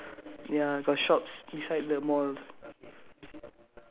like road way malls lah ya got shops inside the mall